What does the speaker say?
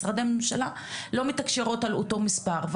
משרדי ממשלה לא מתקשרים על אותו מספר.